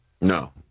No